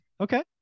okay